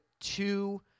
two